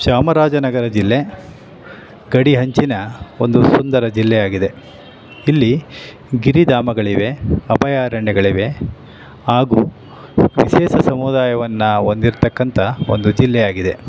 ಚಾಮರಾಜನಗರ ಜಿಲ್ಲೆ ಗಡಿ ಅಂಚಿನ ಒಂದು ಸುಂದರ ಜಿಲ್ಲೆಯಾಗಿದೆ ಇಲ್ಲಿ ಗಿರಿಧಾಮಗಳಿವೆ ಅಭಯಾರಣ್ಯಗಳಿವೆ ಹಾಗೂ ವಿಶೇಷ ಸಮುದಾಯವನ್ನು ಹೊಂದಿರ್ತಕ್ಕಂತಹ ಒಂದು ಜಿಲ್ಲೆಯಾಗಿದೆ